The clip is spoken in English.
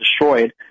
destroyed